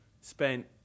spent